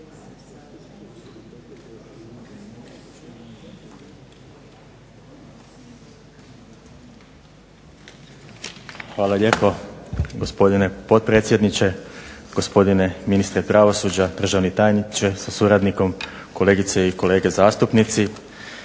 Hvala lijepo, gospodine potpredsjedniče. Gospodine ministre pravosuđa, državni tajniče sa suradnikom, kolegice i kolege zastupnici.